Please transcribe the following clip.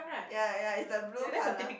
ya ya it's the blue colour